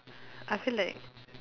I feel like